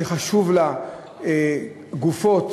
גופות